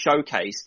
showcased